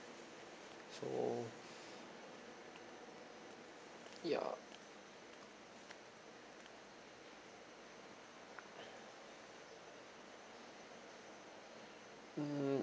so ya err